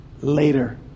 later